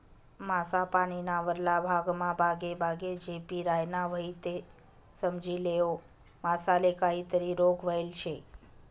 मासा पानीना वरला भागमा बागेबागे झेपी रायना व्हयी ते समजी लेवो मासाले काहीतरी रोग व्हयेल शे